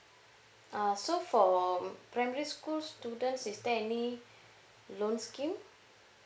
uh so for primary school students is there any loan scheme